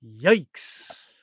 Yikes